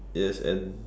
yes and